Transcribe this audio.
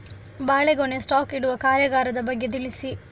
ಬಾಳೆಗೊನೆ ಸ್ಟಾಕ್ ಇಡುವ ಕಾರ್ಯಗಾರದ ಬಗ್ಗೆ ತಿಳಿಸಿ